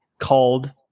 called